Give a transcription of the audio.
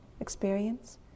experience